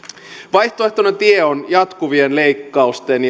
vaihtoehtoinen tie on jatkuvien leikkausten